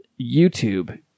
YouTube